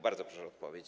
Bardzo proszę o odpowiedź.